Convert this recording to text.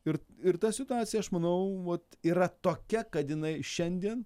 ir ir ta situacija aš manau vot yra tokia kad jinai šiandien